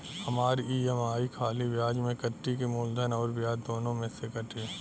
हमार ई.एम.आई खाली ब्याज में कती की मूलधन अउर ब्याज दोनों में से कटी?